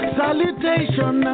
salutation